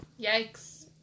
Yikes